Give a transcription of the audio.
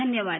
धन्यवाद